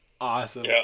Awesome